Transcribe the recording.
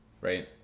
right